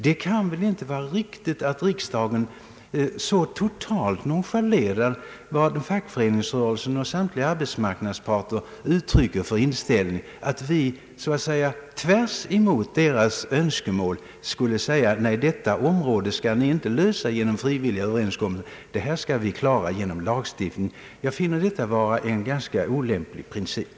Det kan väl inte vara riktigt att riksdagen så totalt nonchalerar vad fackföreningsrörelsen och samtliga arbetsmarknadsparter uttrycker som sin inställning; att vi så att säga tvärtemot deras önskemål skulle förklara att detta område skall ni inte reglera genom frivilliga överenskommelser, det här skall vi klara genom lagstiftning. Jag finner det vara en ganska olämplig princip.